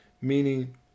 meaning